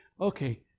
okay